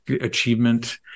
achievement